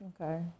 Okay